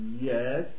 yes